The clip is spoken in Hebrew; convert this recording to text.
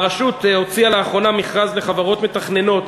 הרשות הוציאה לאחרונה מכרז לחברות מתכננות,